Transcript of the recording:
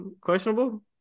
Questionable